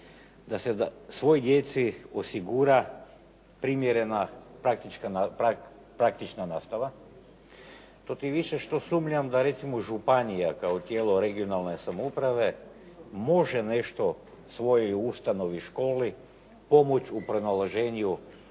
da se svoj djeci osigura primjerena praktična nastava. To tim više što sumnjam da recimo županija kao tijelo regionalne samouprave može nešto svojoj ustanovi i školi pomoći u pronalaženju